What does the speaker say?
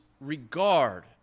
regard